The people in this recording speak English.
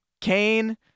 Kane